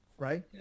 Right